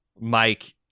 Mike